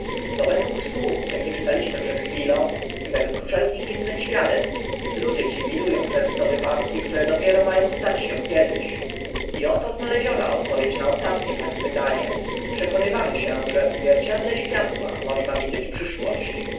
bo według słów akie czytaliśmy przed chwilą i według wszelkich innych świadectw ludzie ci widu ą często wypadki które dopiero ma ą stać się kiedyś i oto znaleziona odpowiedź na ostatnie pani pytanie przekonywamy się że w zwierciedle światła można widzieć przyszłość